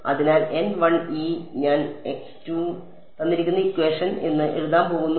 അതിനാൽ ഞാൻ എന്ന് എഴുതാൻ പോകുന്നു